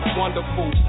wonderful